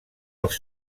els